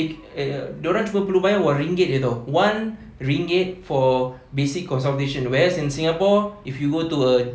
they uh dorang cuma perlu bayar one ringgit jer [tau] one ringgit for basic consultation whereas in singapore if you go to a